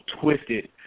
twisted